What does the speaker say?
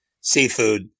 seafood